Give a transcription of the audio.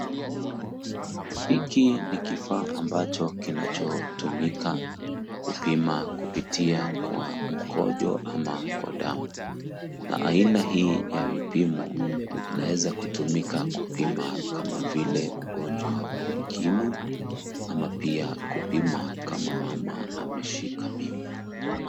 Hiki ni kifaa ambacho kinachotumika kupima kupitia kwa mkojo ama kwa damu na aina hii ya vipimo inaweza kutumika kupima kama vile ugonjwa wa ukimwi ama pia kupima kama mama ameshika mimba.